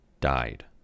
died